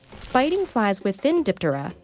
biting flies within diptera,